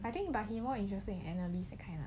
I think but he more interesting analysts that kind lah